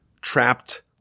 trapped